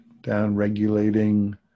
down-regulating